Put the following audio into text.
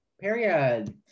period